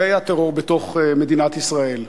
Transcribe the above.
והיה טרור בתוך מדינת ישראל.